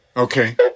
Okay